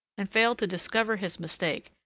and failed to discover his mistake,